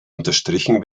unterstrichen